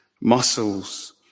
muscles